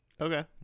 Okay